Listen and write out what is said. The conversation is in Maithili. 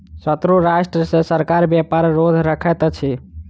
शत्रु राष्ट्र सॅ सरकार व्यापार रोध रखैत अछि